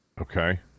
Okay